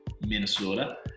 Minnesota